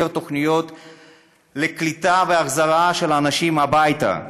יותר תוכניות לקליטה ולהחזרה של האנשים הביתה.